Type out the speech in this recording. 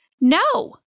No